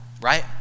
right